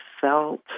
felt